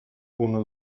uno